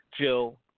Jill